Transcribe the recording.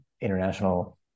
international